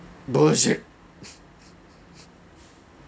bullshit